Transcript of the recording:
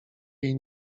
jej